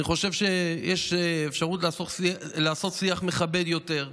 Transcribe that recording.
אני חושב שיש אפשרות לעשות שיח מכבד יותר,